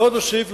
ועוד אוסיף,